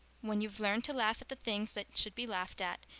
when you've learned to laugh at the things that should be laughed at,